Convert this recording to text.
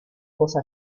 cosa